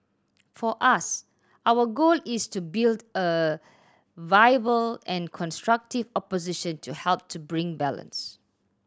for us our goal is to build a viable and constructive opposition to help to bring balance